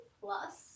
plus